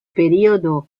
periodo